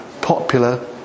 popular